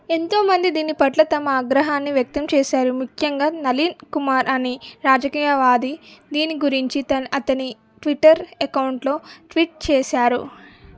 ఎంతో మంది దీని పట్ల తమ ఆగ్రహాన్ని వ్యక్తం చేసారు ముఖ్యంగా నలీన్ కుమార్ అని రాజకీయవాది దీని గురించి తల్ అతని ట్విటర్ అకౌంట్లో ట్విట్ చేసారు